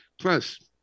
Plus